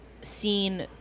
seen